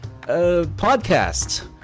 podcast